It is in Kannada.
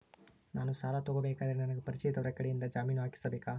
ನಾನು ಸಾಲ ತಗೋಬೇಕಾದರೆ ನನಗ ಪರಿಚಯದವರ ಕಡೆಯಿಂದ ಜಾಮೇನು ಹಾಕಿಸಬೇಕಾ?